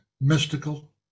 mystical